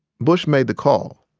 bush made the call,